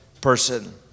person